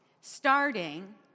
starting